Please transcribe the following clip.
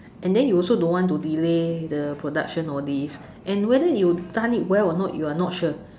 and then you also don't want to delay the production all this and whether you done it well or not you are not sure